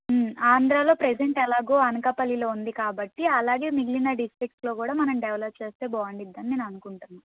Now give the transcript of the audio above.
ఆంధ్రాలో ప్రెసెంట్ ఎలాగో అనకాపల్లిలో ఉంది కాబట్టి అలాగే మిగిలిన డిస్టిక్స్లో కూడా మనం డెవలప్ చేస్తే బాగుండిద్ది అని నేను అనుకుంటున్నాను